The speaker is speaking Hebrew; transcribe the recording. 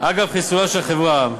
אגב חיסול החברה,